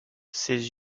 ses